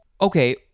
okay